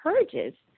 encourages